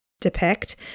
depict